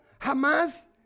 Hamas